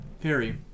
Perry